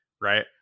right